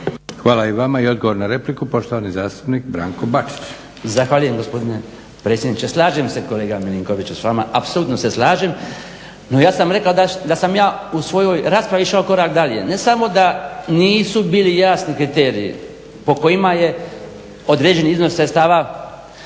Hvala i vama. I odgovor na repliku poštovani zastupnik Branko Bačić. **Bačić, Branko (HDZ)** Zahvaljujem gospodine predsjedniče. Slažem se kolega MIlinkoviću s vama, apsolutno se slažem. No ja sam rekao da sam ja u svojoj raspravi išao korak dalje, ne samo da nisu bili jasni kriteriji po kojima je određen iznos sredstava